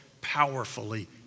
powerfully